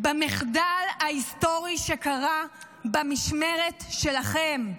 במחדל ההיסטורי שקרה במשמרת שלכם.